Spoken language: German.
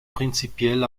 prinzipiell